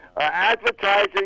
Advertising